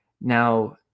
Now